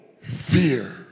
fear